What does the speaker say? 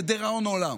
לדיראון עולם.